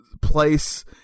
place